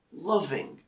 loving